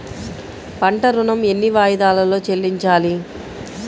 పంట ఋణం ఎన్ని వాయిదాలలో చెల్లించాలి?